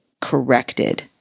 corrected